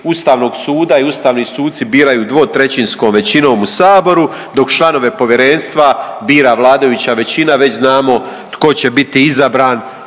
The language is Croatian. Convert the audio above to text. Ustavnog suda i ustavni suci biraju dvotrećinskom većinom u Saboru, dok članove povjerenstva bira vladajuća većina. Već znamo tko će biti izabran